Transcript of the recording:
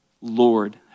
Lord